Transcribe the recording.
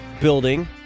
building